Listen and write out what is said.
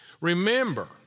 remember